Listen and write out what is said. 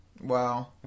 Wow